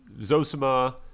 Zosima